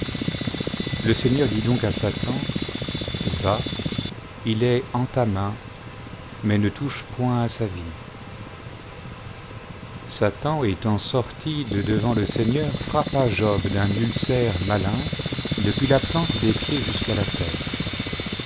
le seigneur dit donc à satan va il est en ta main mais ne touche point h sa vie satan étant sorti de devant le seigneur frappa job d'un ulcère malin depuis la plante des pieds jusqu'à la tête